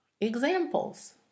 examples